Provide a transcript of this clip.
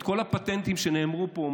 כל הפטנטים שנאמרו פה,